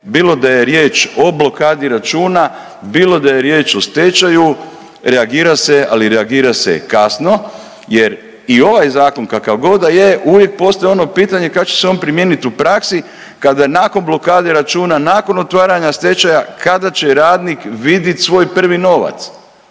bilo da je riječ o blokadi računa, bilo da je riječ o stečaju reagira se, ali reagira se kasno jer i ovaj zakon kakavgod da je uvijek postoji ono pitanje, kad se će on primijenit u praksi kada nakon blokade računa, nakon otvaranja stečaja kada će radnik vidit svoj prvi novac.